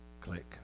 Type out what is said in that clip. Click